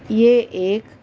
یہ ایک